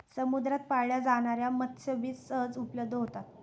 समुद्रात पाळल्या जाणार्या मत्स्यबीज सहज उपलब्ध होतात